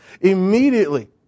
Immediately